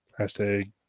Hashtag